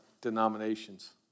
denominations